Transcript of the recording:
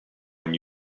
when